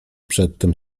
przedtem